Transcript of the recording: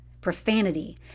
profanity